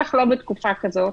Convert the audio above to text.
בטח לא בתקופה כזו.